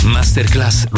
Masterclass